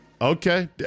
Okay